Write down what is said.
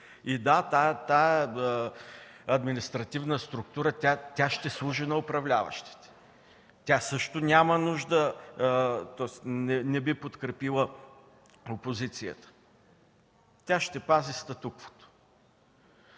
Да, тази административна структура ще служи на управляващите. Тя също не би подкрепила опозицията. Тя ще пази статуквото.